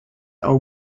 are